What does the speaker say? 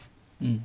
mm